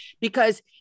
because-